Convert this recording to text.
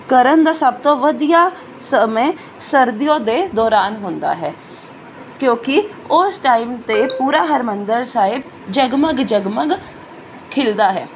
ਕਰਨ ਦਾ ਸਭ ਤੋਂ ਵਧੀਆ ਸਮੇਂ ਸਰਦੀਓਂ ਦੇ ਦੌਰਾਨ ਹੁੰਦਾ ਹੈ ਕਿਉਂਕਿ ਉਸ ਟਾਈਮ 'ਤੇ ਪੂਰਾ ਹਰਿਮੰਦਰ ਸਾਹਿਬ ਜਗਮਗ ਜਗਮਗ ਖਿਲਦਾ ਹੈ